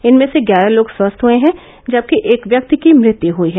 इनमें से ग्यारह लोग स्वस्थ हुए हैं जबकि एक व्यक्ति की मृत्यु हुई है